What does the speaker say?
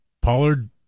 Pollard